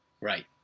Right